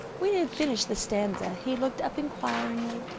when he had finished the stanza, he looked up enquiringly.